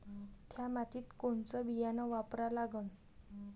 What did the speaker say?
थ्या मातीत कोनचं बियानं वापरा लागन?